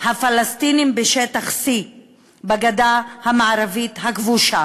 הפלסטיניים בשטח C בגדה המערבית הכבושה.